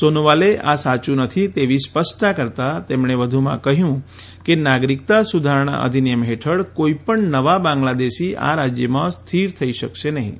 સોનોવાલે આ સાચું નથી તેવી સ્પષ્ટતા કરતા તેમણે વધુમાં કહ્યું કે નાગરિકતા સુધારણા અધિનિયમ હેઠળ કોઇપણ નવા બંગ્લાદેશી આ રાજયમાં સ્થિર થઇ શકશે નહિં